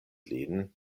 lin